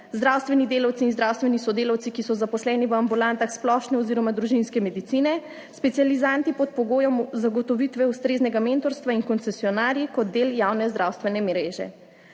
zdravstveni delavci in zdravstveni sodelavci, ki so zaposleni v ambulantah splošne oziroma družinske medicine, specializanti pod pogojem zagotovitve ustreznega mentorstva in koncesionarji, kot del javne zdravstvene mreže.